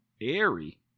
Airy